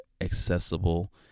accessible